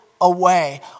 away